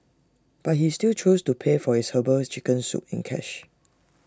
but he still chose to pay for his Herbal Chicken Soup in cash